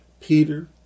Peter